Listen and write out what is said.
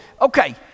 Okay